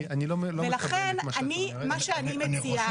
אני לא מקבל את מה שאת אומרת.